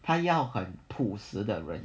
他要很朴实的人